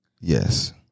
Yes